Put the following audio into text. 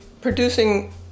producing